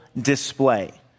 display